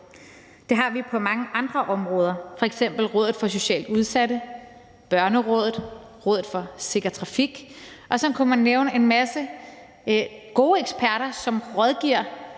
Det har vi på mange andre områder, f.eks. Rådet for Socialt Udsatte, Børnerådet, Rådet for Sikker Trafik, og sådan kunne man nævne en masse gode eksperter, som rådgiver